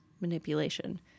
manipulation